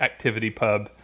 ActivityPub